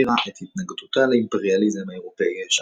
שהבהירה את התנגדותה לאימפריאליזם האירופאי הישן.